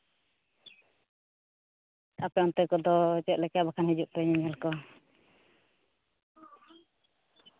ᱟᱯᱮ ᱚᱱᱛᱮ ᱠᱚᱫᱚ ᱪᱮᱫᱞᱮᱠᱟ ᱵᱟᱠᱷᱟᱱ ᱦᱤᱡᱩᱜ ᱯᱮ ᱧᱮᱧᱮᱞ ᱠᱚ